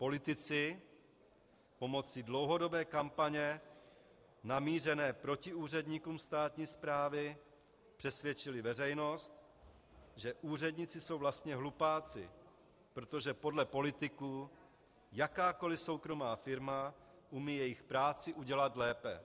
Politici pomocí dlouhodobé kampaně namířené proti úředníkům státní správy přesvědčili veřejnost, že úředníci jsou vlastně hlupáci, protože podle politiků jakákoliv soukromá firma umí jejich práci udělat lépe.